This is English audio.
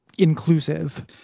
inclusive